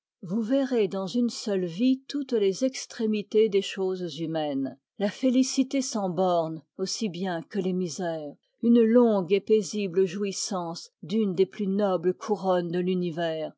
vous verrez dans une seule vie toutes les extrémités des choses humaines la félicité sans bornes aussi bien que les misères une longue et paisible jouissance d'une des plus nobles couronnes de l'univers